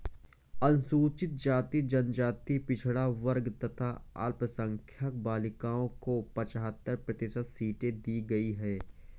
अनुसूचित जाति, जनजाति, पिछड़ा वर्ग तथा अल्पसंख्यक बालिकाओं को पचहत्तर प्रतिशत सीटें दी गईं है